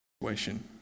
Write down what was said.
situation